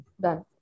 Done